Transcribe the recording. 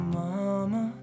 mama